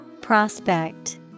Prospect